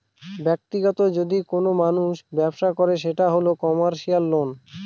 ব্যাক্তিগত যদি কোনো মানুষ ব্যবসা করে সেটা হল কমার্সিয়াল লোন